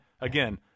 again